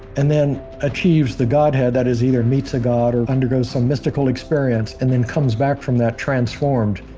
and then achieves the godhead. that is, either meets a god or undergoes some mystical experience and then comes back from that transformed,